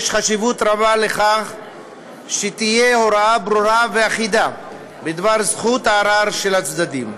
יש חשיבות רבה לכך שתהיה הוראה ברורה ואחידה בדבר זכות הערר של הצדדים.